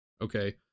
Okay